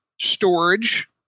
storage